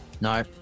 No